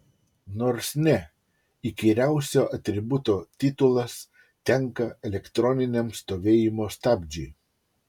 nors ne įkyriausio atributo titulas tenka elektroniniam stovėjimo stabdžiui